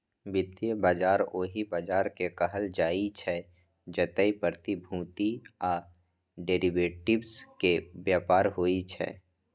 वित्तीय बाजार ओहि बाजार कें कहल जाइ छै, जतय प्रतिभूति आ डिरेवेटिव्स के व्यापार होइ छै